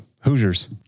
Hoosiers